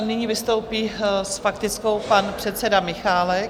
Nyní vystoupí s faktickou pan předseda Michálek.